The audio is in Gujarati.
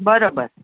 બરાબર